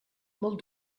molt